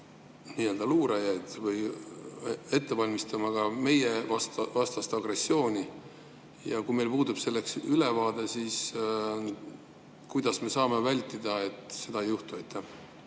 nii-öelda luurajaid ette valmistama ka meievastast agressiooni. Ja kui meil puudub sellest ülevaade, siis kuidas me saame [tagada], et seda ei juhtu? Suur